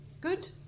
Good